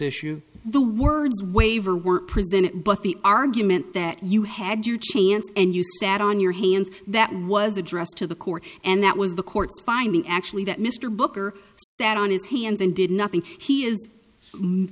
issue the words waiver were prevented but the argument that you had your chance and you sat on your hands that was addressed to the court and that was the court's finding actually that mr booker sat on his hands and did nothing he